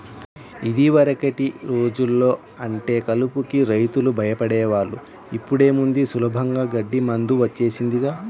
యిదివరకటి రోజుల్లో అంటే కలుపుకి రైతులు భయపడే వాళ్ళు, ఇప్పుడేముంది సులభంగా గడ్డి మందు వచ్చేసిందిగా